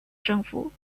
政府